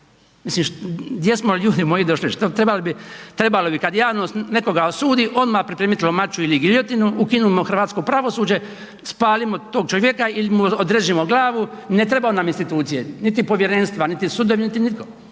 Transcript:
Mislim gdje smo ljudi moji došli, trebali bi kad javnost nekoga osudi odmah pripremiti lomaču ili giljotinu, ukinimo hrvatsko pravosuđe, spalimo tog čovjeka ili mu odražimo glavu, ne trebaju nam institucije, niti povjerenstva, niti sudovi niti nitko.